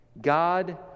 God